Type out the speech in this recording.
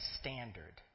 standard